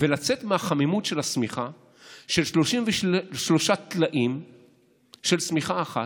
ולצאת מהחמימות של השמיכה של 36 הטלאים בשמיכה אחת,